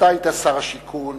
אתה היית שר השיכון